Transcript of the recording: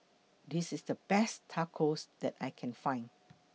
This IS The Best Tacos that I Can Find